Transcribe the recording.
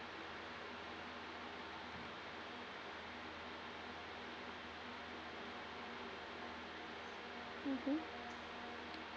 mmhmm